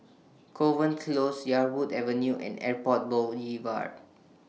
Kovan Close Yarwood Avenue and Airport Boulevard